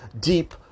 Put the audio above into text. deep